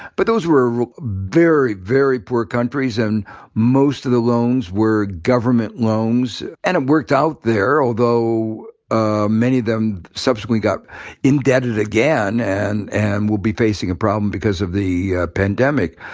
but those were very, very poor countries and most of the loans were government loans. and it worked out there, although ah many of them subsequently got indebted again and and will be facing a problem because of the pandemic.